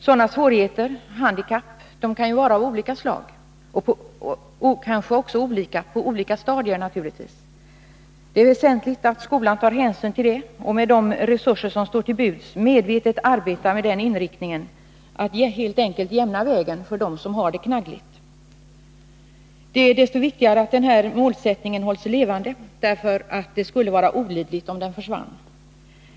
Sådana svårigheter eller handikapp kan ju vara av olika slag, och naturligtvis är de kanske också olika på olika stadier. Det är väsentligt att skolan tar hänsyn till detta och med de resurser som står till buds medvetet arbetar med inriktningen att helt enkelt jämna vägen för dem som har det knaggligt. Att den här målsättningen hålls levande är desto viktigare som det skulle vara olidligt om den försvann.